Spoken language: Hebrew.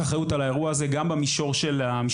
אחריות על האירוע הזה גם במישור הכספי,